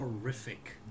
horrific